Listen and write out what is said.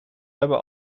hebben